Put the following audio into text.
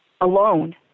alone